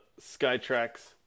Skytrax